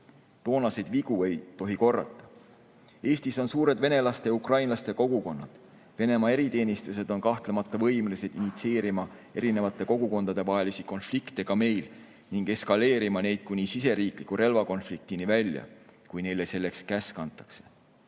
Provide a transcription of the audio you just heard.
Toonaseid vigu ei tohi korrata. Eestis on suured venelaste ja ukrainlaste kogukonnad. Venemaa eriteenistused on kahtlemata võimelised initsieerima erinevate kogukondade vahelisi konflikte ka meil ning eskaleerima neid kuni siseriikliku relvakonfliktini välja, kui neile selleks käsk antakse.